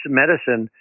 medicine